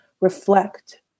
reflect